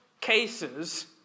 cases